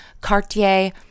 Cartier